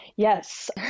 Yes